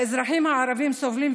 האזרחים הערבים סובלים,